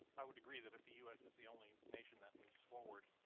i would agree, that if the u s. is the only nation that moves forward,